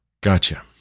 Gotcha